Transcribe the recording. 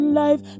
life